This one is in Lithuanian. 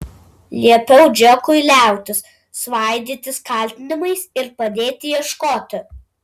liepiau džekui liautis svaidytis kaltinimais ir padėti ieškoti